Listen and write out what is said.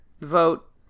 vote